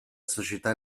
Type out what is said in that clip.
società